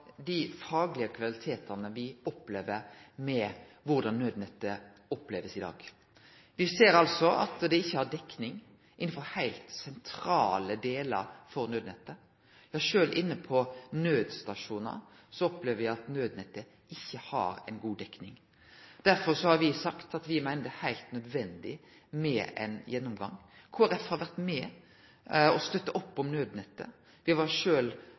dei faglege kvalitetane og på korleis naudnettet blir opplevd i dag. Me ser at det ikkje er dekning innanfor heilt sentrale delar av naudnettet. Ja, sjølv inne på naudstasjonar opplever me at naudnettet ikkje har god dekning. Derfor har me sagt at me meiner det er heilt nødvendig med ein gjennomgang. Kristeleg Folkeparti har vore med og støtta opp om naudnettet. Me var